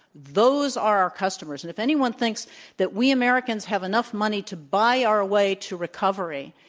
those are our customers and if anyone thinks that we americans have enough money to buy our way to recovery,